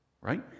Right